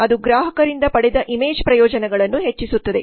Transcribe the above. ಅದು ಗ್ರಾಹಕರಿಂದ ಪಡೆದ ಇಮೇಜ್ ಪ್ರಯೋಜನಗಳನ್ನು ಹೆಚ್ಚಿಸುತ್ತದೆ